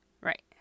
Right